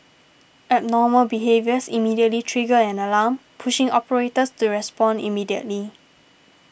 abnormal behaviours immediately trigger an alarm pushing operators to respond immediately